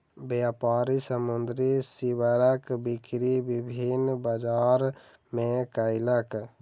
व्यापारी समुद्री सीवरक बिक्री विभिन्न बजार मे कयलक